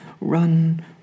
run